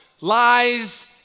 lies